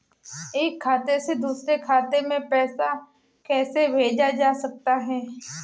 एक खाते से दूसरे खाते में पैसा कैसे भेजा जा सकता है?